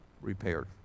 repaired